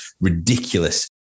ridiculous